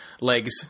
legs